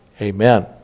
Amen